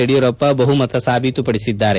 ಯಡಿಯೂರಪ್ಪ ಬಹುಮತ ಸಾಬೀತುಪಡಿಸಿದ್ದಾರೆ